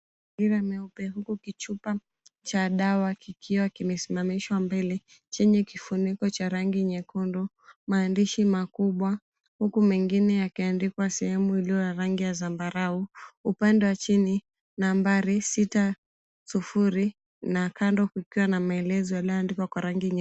...meupe huko kichupa cha dawa kikiwa kimesimamishwa mbele chenye kifuniko cha rangi nyekundu, maandishi makubwa huku mengine yakiandikwa sehemu iliyo ya rangi ya zambarau. Upande wa chini nambari 60, na kando kukiwa na maelezo yaliyoandikwa kwa rangi nyeusi.